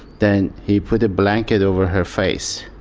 then he put a blanket over her face,